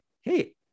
hey